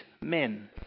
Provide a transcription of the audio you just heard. men